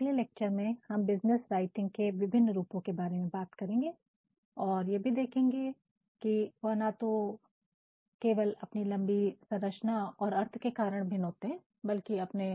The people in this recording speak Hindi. अगले लेक्चर में हम बिज़नेस राइटिंग के विभिन्न रूपों के बारे में बात करेंगे और यह भी देखेंगे कि वहना तो केवल अपने लंबी संरचना और अर्थ के कारण भिन्न होते हैं बल्कि अपने